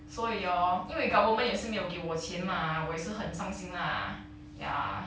所以 hor 因为 government 也是没有给我钱 mah 我也是很伤心 lah ya